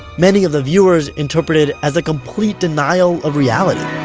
many of the viewers interpreted as a complete denial of reality